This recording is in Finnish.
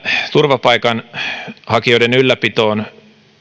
turvapaikanhakijoiden ylläpitoon